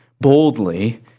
boldly